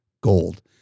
gold